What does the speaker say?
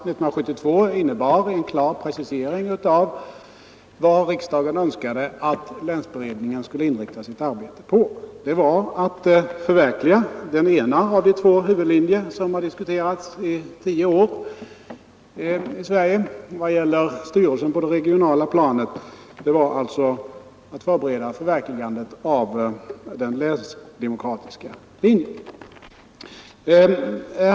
Detta beslut innebar en klar precisering av vad riksdagen önskade att länsberedningen skulle inrikta sitt arbete på, dvs. på att förbereda förverkligandet av den länsdemokratiska linjen.